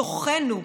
בתוכנו,